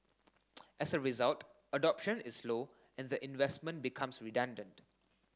as a result adoption is low and the investment becomes redundant